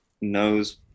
knows